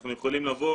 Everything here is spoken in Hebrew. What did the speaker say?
אנחנו יכולים לבוא